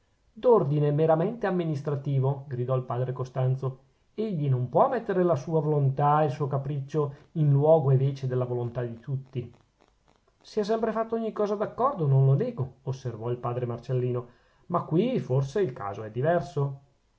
d'ordine meramente amministrativo gridò il padre costanzo egli non può mettere la sua volontà il suo capriccio in luogo e vece della volontà di tutti si è sempre fatto ogni cosa d'accordo non lo nego osservò il padre marcellino ma qui forse il caso è diverso